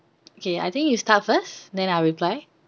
okay I think you start first then I'll reply